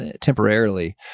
temporarily